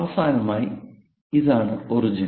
അവസാനമായി ഇതാണ് ഒറിജിൻ